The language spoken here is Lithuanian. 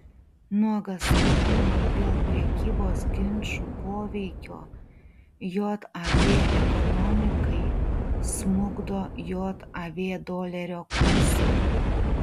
nuogąstavimai dėl prekybos ginčų poveikio jav ekonomikai smukdo jav dolerio kursą